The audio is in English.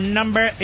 number